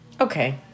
Okay